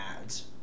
ads